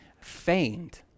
feigned